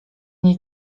nie